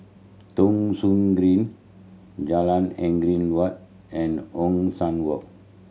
Thong Soon Green Jalan Angin Waut and Ong San Walk